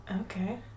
Okay